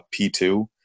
P2